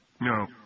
No